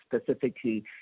Specifically